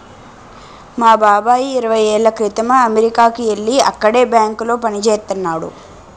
మా బాబాయి ఇరవై ఏళ్ళ క్రితమే అమెరికాకి యెల్లి అక్కడే బ్యాంకులో పనిజేత్తన్నాడు